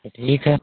तो ठीक है